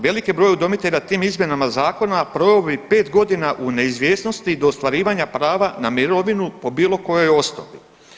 Veliki broj udomitelja tim izmjenama zakona proveo bi 5 godina u neizvjesnosti do ostvarivanja prava na mirovinu po bilo kojoj osnovi.